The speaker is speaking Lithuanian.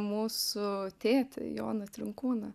mūsų tėtį joną trinkūną